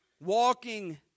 walking